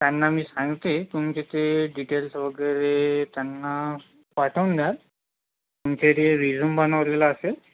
त्यांना मी सांगते तुमचे ते डिटेल्स वगैरे त्यांना पाठवून द्याल तुमचे जे रिजूम बनवलेलं असेल